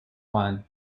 one